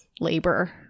labor